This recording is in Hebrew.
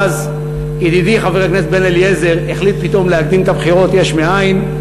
ואז ידידי חבר הכנסת בן-אליעזר החליט פתאום להקדים את הבחירות יש מאין,